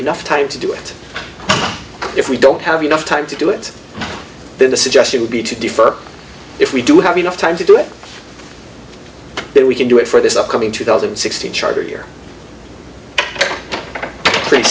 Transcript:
enough time to do it if we don't have enough time to do it then the suggestion would be to defer if we do have enough time to do it then we can do it for this upcoming two thousand and sixteen charter